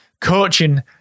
coaching